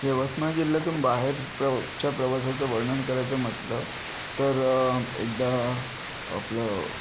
यवतमाळ जिल्ह्यातून बाहेर प्र च्या प्रवासाचं वर्णन करायचं म्हटलं तर एकदा आपलं